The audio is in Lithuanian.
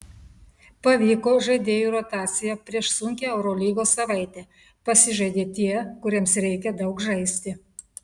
pavyko žaidėjų rotacija prieš sunkią eurolygos savaitę pasižaidė tie kuriems reikia daug žaisti